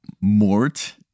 Mort